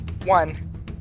one